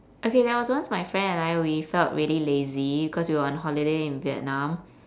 okay there was once my friend and I we felt really lazy cause we are on holiday in vietnam